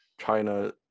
China